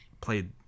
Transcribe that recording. Played